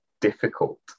difficult